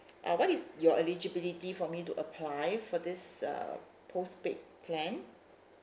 uh what is your eligibility for me to apply for this uh postpaid plan